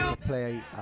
Play